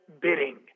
bidding